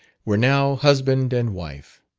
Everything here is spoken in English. were now husband and wife.